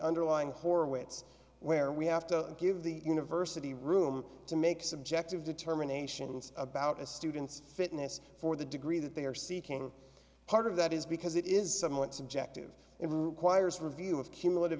underlying horwitz where we have to give the university room to make a subjective determination about a student's fitness for the degree that they are seeking part of that is because it is somewhat subjective and requires review of cumulative